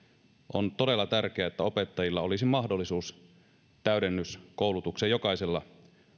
on todella tärkeää että opettajilla olisi mahdollisuus täydennyskoulutukseen jokaisella